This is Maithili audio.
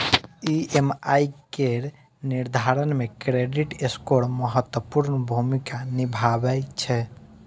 ई.एम.आई केर निर्धारण मे क्रेडिट स्कोर महत्वपूर्ण भूमिका निभाबै छै